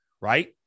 right